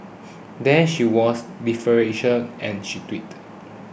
there she was deferential she tweeted